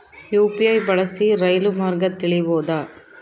UPI ಬಳಸಿ ರೈಲು ಮಾರ್ಗ ತಿಳೇಬೋದ?